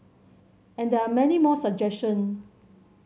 and there are many more suggestion